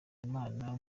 imana